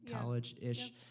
college-ish